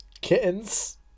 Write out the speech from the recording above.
kittens